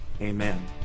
Amen